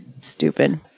stupid